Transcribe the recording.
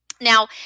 Now